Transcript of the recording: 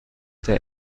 der